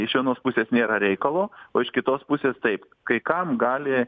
iš vienos pusės nėra reikalo o iš kitos pusės taip kai kam gali